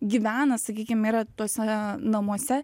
gyvena sakykim yra tuose namuose